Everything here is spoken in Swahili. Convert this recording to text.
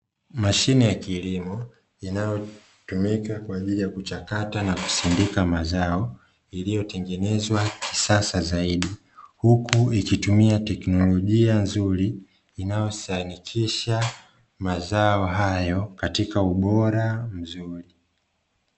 Mashine ya kilimo inayotumika kwa ajili ya kuchata na kusindika mazao iliyotengenezwa kisasa zaidi huku ikitumia teknolojia nzuri inayosanifisha nazao hayo katika ubora mzuri.